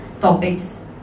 topics